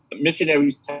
Missionaries